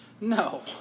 No